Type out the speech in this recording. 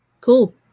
Cool